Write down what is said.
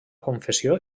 confessió